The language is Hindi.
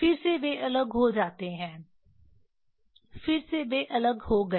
फिर से वे अलग हो जाते हैं फिर से वे अलग हो गए